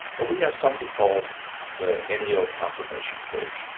well we have something called the and neo confirmation page.